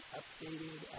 updated